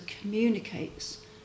communicates